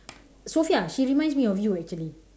Sofia she reminds me of you actually